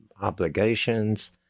obligations